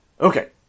Okay